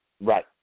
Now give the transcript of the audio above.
Right